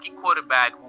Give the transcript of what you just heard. quarterback